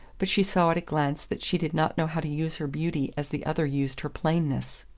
but she saw at a glance that she did not know how to use her beauty as the other used her plainness.